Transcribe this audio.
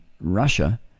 Russia